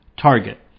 Target